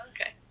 Okay